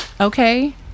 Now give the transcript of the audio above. okay